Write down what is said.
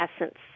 essence